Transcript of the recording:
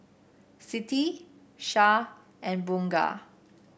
Siti Shah and Bunga